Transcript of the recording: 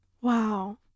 Wow